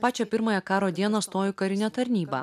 pačią pirmąją karo dieną stojo į karinę tarnybą